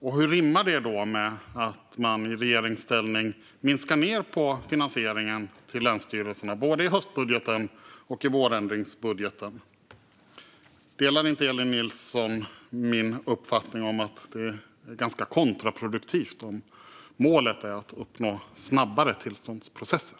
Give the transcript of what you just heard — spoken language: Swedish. Och hur rimmar det i så fall med att man i regeringsställning minskar finansieringen till länsstyrelserna både i höstbudgeten och i vårändringsbudgeten? Delar inte Elin Nilsson min uppfattning att detta är ganska kontraproduktivt om målet är att uppnå snabbare tillståndsprocesser?